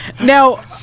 now